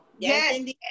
Yes